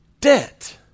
debt